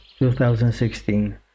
2016